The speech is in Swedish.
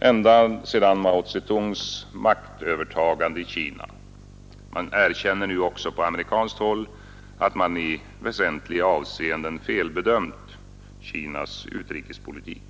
ända sedan Mao Tse-tungs maktövertagande i Kina. Man erkänner nu också på amerikanskt håll att man i väsentliga avseenden felbedömt Kinas utrikespolitik.